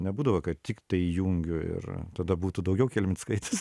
nebūdavo kad tiktai įjungiu ir tada būtų daugiau kelmickaitės